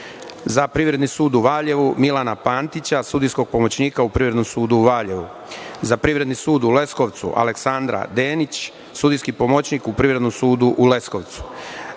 Privredni sud u Valjevu – Milana Pantića, sudijskog pomoćnika u Privrednom sudu u Valjevu. Za Privredni sud u Leskovcu – Aleksandra Denić, sudijski pomoćnik u Privrednom sudu u Leskovcu.